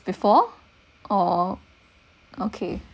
before or okay